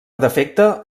defecte